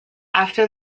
after